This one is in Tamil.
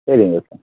சரிங்க சார்